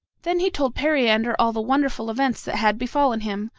then he told periander all the wonderful events that had befallen him,